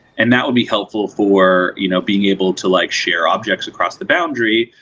and that would be helpful for you know being able to like share objects across the boundary,